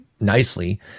nicely